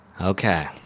Okay